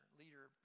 leader